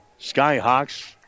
Skyhawks